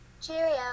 Cheerio